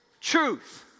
truth